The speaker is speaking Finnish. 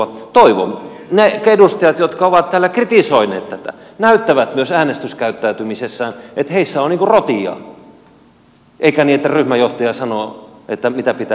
toivon että ne edustajat jotka ovat täällä kritisoineet tätä näyttävät myös äänestyskäyttäytymisessään että heissä on niin kuin rotia eikä niin että ryhmänjohtaja sanoo mitä pitää tehdä